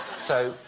so,